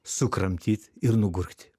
sukramtyt ir nugurgt